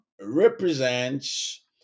represents